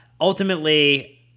Ultimately